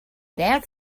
that